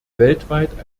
weltweit